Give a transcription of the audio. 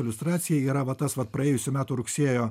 iliustracija yra va tas vat praėjusių metų rugsėjo